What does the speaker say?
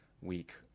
week